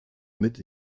mit